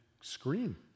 scream